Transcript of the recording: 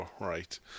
right